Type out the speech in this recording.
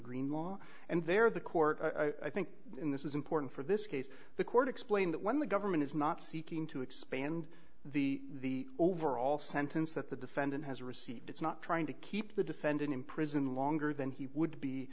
greenlawn and they're the court i think in this is important for this case the court explain that when the government is not seeking to expand the overall sentence that the defendant has received it's not trying to keep the defendant in prison longer than he would be